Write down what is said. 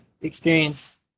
experience